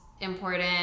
important